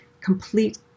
complete